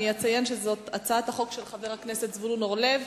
אני אציין שזאת הצעת החוק של חבר הכנסת זבולון אורלב.